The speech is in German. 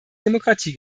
demokratie